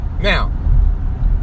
Now